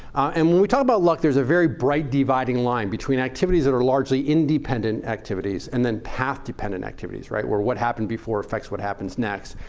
and when we talk about luck there's a very bright dividing line between activities that are largely independent activities and then path dependent activities where what happened before affects what happens next.